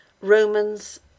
Romans